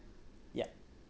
yup